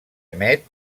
emet